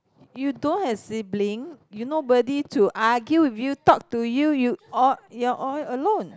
you don't have sibling you nobody to argue with you talk to you you all you're all alone